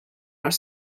are